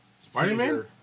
Spider-Man